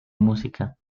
música